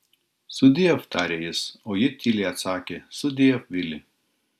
sudiev tarė jis o ji tyliai atsakė sudiev vili